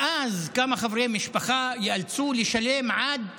ואז כמה חברי משפחה נאלצים לשלם עד 100,